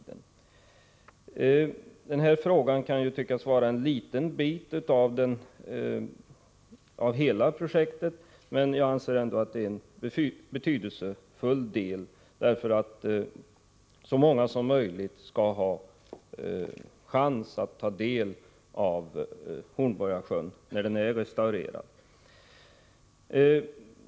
Den aktuella frågan kan tyckas vara en liten bit av hela projektet, men jag anser ändå att det är en betydelsefull del. Så många som möjligt skall ju ha chans att komma till Hornborgasjön när den är restaurerad.